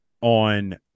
on